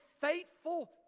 faithful